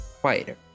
quieter